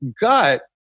gut